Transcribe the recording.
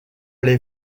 les